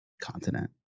continent